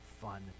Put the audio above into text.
fun